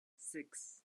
six